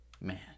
man